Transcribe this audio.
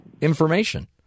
information